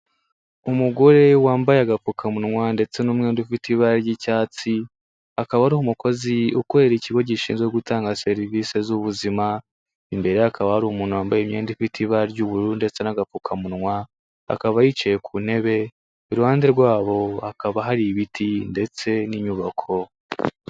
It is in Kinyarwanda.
Umugore wambaye agapfukamunwa ndetse n'umwenda ufite ibara ry'icyatsi, akaba ari umukozi ukorera ikigo gishinzwe gutanga serivisi z'ubuzima, imbere ye hakaba hari umuntu wambaye imyenda ifite ibara ry'ubururu ndetse n'agapfukamunwa, akaba yicaye ku ntebe, iruhande rwabo hakaba hari ibiti ndetse n'inyubako.